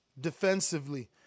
defensively